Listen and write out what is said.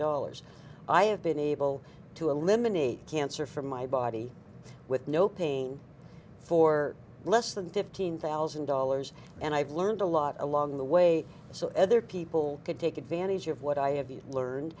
dollars i have been able to eliminate cancer from my body with no pain for less than fifteen thousand dollars and i've learned a lot along the way so eather people could take advantage of what i have you learned